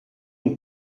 une